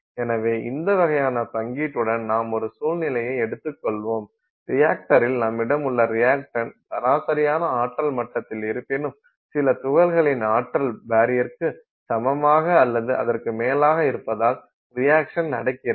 எனவே இந்த வகையான பங்கீட்டுடன் நாம் ஒரு சூழ்நிலையை எடுத்துக்கொள்வோம் ரியாக்டரில் நம்மிடம் உள்ள ரியாக்டண்ட் சராசரியான ஆற்றல் மட்டத்தில் இருப்பினும் சில துகள்களின் ஆற்றல் பரியக்கு சமமாக அல்லது அதற்கு மேலாக இருப்பதால் ரியாக்சன் நடக்கிறது